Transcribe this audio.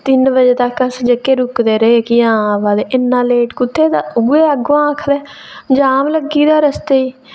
तिन्न बजे तक्कर अस जेह्के रुकदे रेह् कि हां आवा दे इन्ना लेट कुत्थै दा उ'ऐ अग्गें आखदे जाम लग्गी गेदा हा रस्ते ई